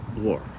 war